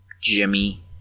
Jimmy